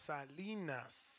Salinas